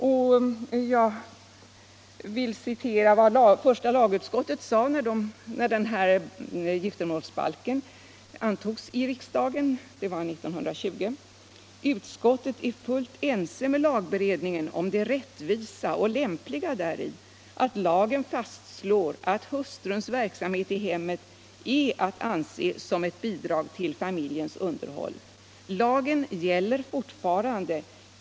Jag vill citera vad första lagutskottet sade när giftermålsbalken antogs av riksdagen 1920: ”Utskottet är fullt ense med lagberedningen om det rättvisa och lämpliga däri, att lagen fastslår, att hustruns verksamhet i hemmet är att anse såsom ett bidrag till familjens underhåll.” Lagen gäller fortfarande.